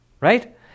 Right